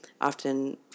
often